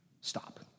stop